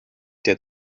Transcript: der